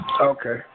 Okay